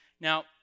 Now